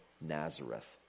Nazareth